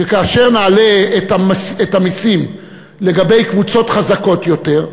שכאשר נעלה את המסים לקבוצות חזקות יותר,